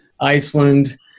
Iceland